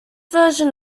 version